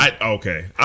Okay